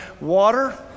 water